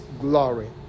glory